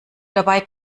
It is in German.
dabei